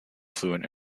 fluent